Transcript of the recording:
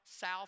South